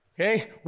Okay